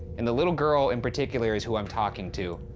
and the little girl in particular is who i'm talking to.